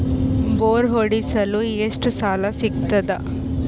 Bore ಹೊಡೆಸಲು ಎಷ್ಟು ಸಾಲ ಸಿಗತದ?